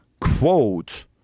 quote